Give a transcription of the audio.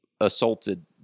assaulted